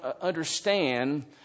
understand